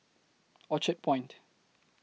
Orchard Point